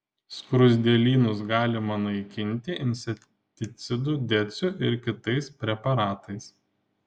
skruzdėlynus galima naikinti insekticidu deciu ir kitais preparatais